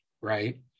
right